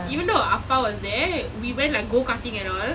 even though our appa: appa was there we went like go-karting at all